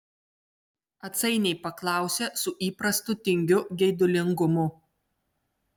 atsainiai paklausė su įprastu tingiu geidulingumu